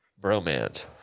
Bromance